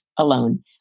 Alone